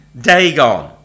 Dagon